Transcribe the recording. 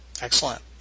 Excellent